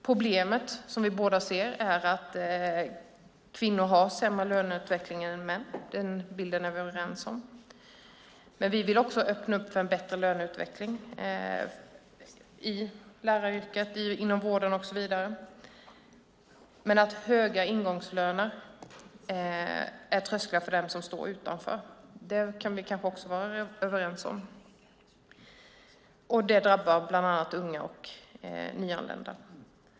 Problemet, som vi båda ser, är att kvinnor har sämre löneutveckling än män. Den bilden är vi överens om. Vi vill också öppna upp för en bättre löneutveckling i läraryrket, inom vården och så vidare. Men att höga ingångslöner är trösklar för dem som står utanför kan vi kanske också vara överens om, och det drabbar bland annat unga och nyanlända.